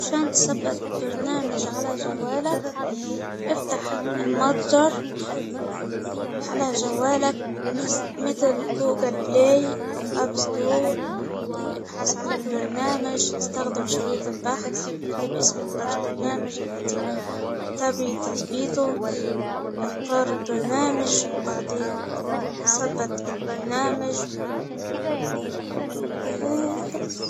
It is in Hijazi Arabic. عشان تثبت برنامج على جوالك إفتح المتجرعلى جوالك مت- متل جوجل بلاي او أب ستورعن البرنامج إستخدم شريط البحث أكتب إسم البرنامج التي تبغي تثبيتة إختار البرنامج وبعدين ثبت الربنامج وبس.